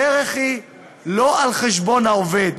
הדרך היא לא על חשבון העובד,